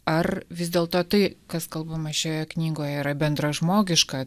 ar vis dėlto tai kas kalbama šioje knygoje yra bendražmogiška